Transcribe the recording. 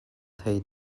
thei